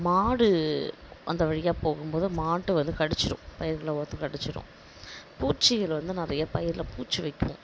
மாடு அந்த வழியாக போகும் போது மாட்டு வந்து கடிச்சுரும் பயிர்களை பார்த்து கடிச்சுரும் பூச்சிகள் வந்து நிறையா பயிரில் பூச்சி வைக்கும்